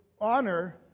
honor